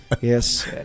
yes